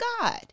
God